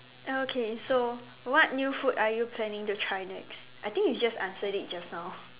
okay so what new food are you planning to try next I think you just answered it just now